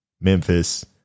Memphis